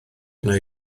neu